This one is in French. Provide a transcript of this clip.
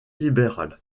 libéral